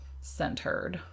centered